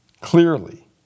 clearly